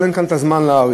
אבל אין כאן זמן להאריך.